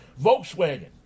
volkswagen